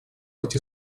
быть